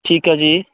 ਠੀਕ ਹੈ ਜੀ